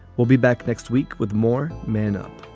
we'll be back next week with more men up